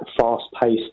fast-paced